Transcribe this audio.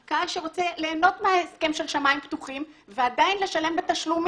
הייתה שם את הבעיה של שני גופים נפרדים שמטפלים בזה: טיסות ומלונות.